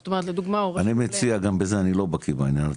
זאת אומרת לדוגמה -- אני מציע גם בזה אני לא בקיא בעניין,